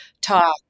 talk